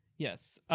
yes,